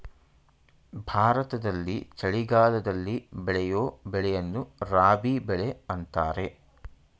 ಭಾರತದಲ್ಲಿ ಚಳಿಗಾಲದಲ್ಲಿ ಬೆಳೆಯೂ ಬೆಳೆಯನ್ನು ರಾಬಿ ಬೆಳೆ ಅಂತರೆ